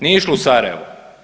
Nije išlo u Sarajevo.